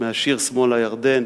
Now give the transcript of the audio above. מהשיר "שמאל הירדן":